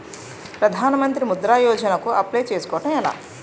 ప్రధాన మంత్రి ముద్రా యోజన కు అప్లయ్ చేసుకోవటం ఎలా?